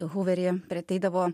huvery ir ateidavo